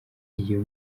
iyo